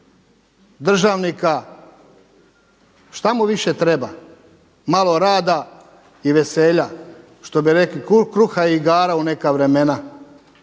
državnika. Šta mu više treba? Malo rada i veselja šta bi rekli kruha i igara u neka vremena,